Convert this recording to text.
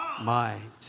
mind